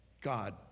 God